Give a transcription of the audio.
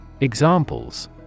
Examples